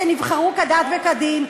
שנבחרו כדת וכדין,